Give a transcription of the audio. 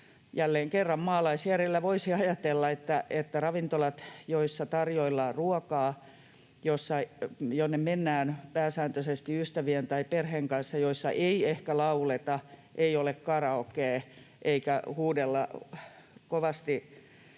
jälleen kerran maalaisjärjellä voisi ajatella, että kyllä kai ravintoloissa, joissa tarjoillaan ruokaa, joihin mennään pääsääntöisesti ystävien tai perheen kanssa, joissa ei ehkä lauleta, ei ole karaokea eikä huudella kovasti